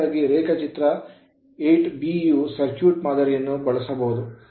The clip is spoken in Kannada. ಪರ್ಯಾಯವಾಗಿ ರೇಖಾಚಿತ್ರ 8ಬಿಯ ಸರ್ಕ್ಯೂಟ್ ಮಾದರಿಯನ್ನು ಬಳಸಬಹುದು